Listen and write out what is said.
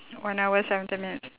one hour seventeen minutes